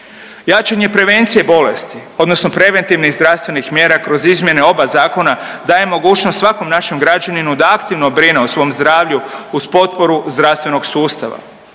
Jačanje prevencije bolesti odnosno preventivni i zdravstvenih mjera kroz izmjene oba zakona daje mogućnost svakom našem građaninu da aktivno brine o svom zdravlju uz potporu zdravstvenog sustava.